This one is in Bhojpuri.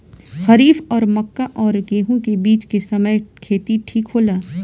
खरीफ और मक्का और गेंहू के बीच के समय खेती ठीक होला?